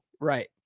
Right